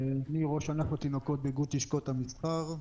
אני ראש ענף התינוקות באיגוד לשכות המסחר,